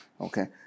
Okay